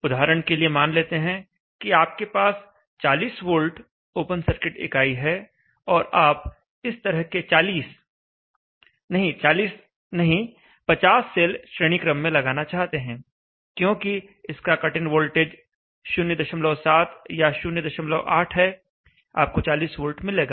उदाहरण के लिए मान लेते हैं कि आपके पास 40 V ओपन सर्किट इकाई है और आप इस तरह के 40 नहीं 40 नहीं 50 सेल श्रेणी क्रम में लगाना चाहते हैं क्योंकि इसका कट इन वोल्टेज 07 या 08 है आपको 40 V मिलेगा